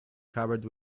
covered